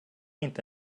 inte